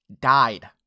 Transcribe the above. died